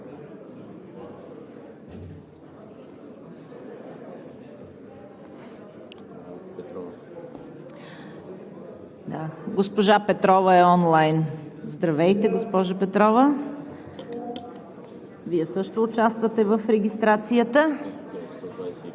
Госпожа Петрова е онлайн. Здравейте, госпожо Петрова, Вие също участвате в регистрацията.